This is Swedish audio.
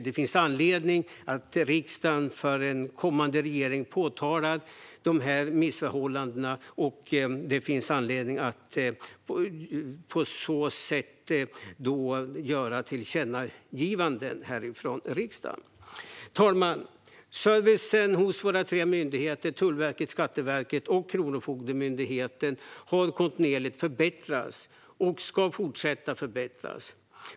Det finns anledning för riksdagen att påtala de här missförhållandena och göra tillkännagivanden för en kommande regering. Fru talman! Servicen hos våra tre myndigheter Tullverket, Skatteverket och Kronofogdemyndigheten har kontinuerligt förbättrats och ska fortsätta att förbättras.